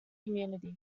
community